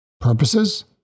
purposes